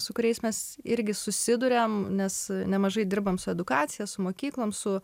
su kuriais mes irgi susiduriam nes nemažai dirbam su edukacija su mokyklom su